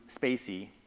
spacey